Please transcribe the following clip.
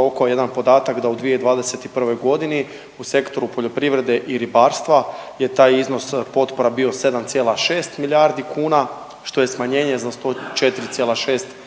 oko jedan podatak da u 2021. g. u sektoru poljoprivrede i ribarstva je taj iznos potpora bio 7,6 milijardi kuna, što je smanjenje za 104,6 milijuna